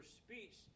speech